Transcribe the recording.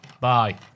bye